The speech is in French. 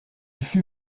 fut